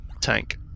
tank